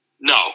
No